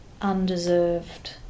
undeserved